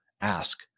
ask